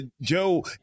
Joe